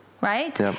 Right